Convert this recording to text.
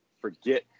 forget